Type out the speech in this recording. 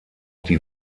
die